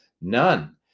none